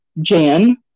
Jan